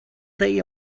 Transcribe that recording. day